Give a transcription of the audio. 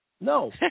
No